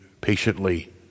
patiently